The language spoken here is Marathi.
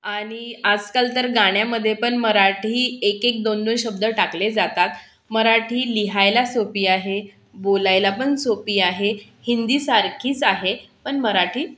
आणि आजकाल तर गाण्यामध्ये पण मराठी एक एक दोन दोन शब्द टाकले जातात मराठी लिहायला सोपी आहे बोलायला पण सोपी आहे हिंदी सारखीच आहे पण मराठी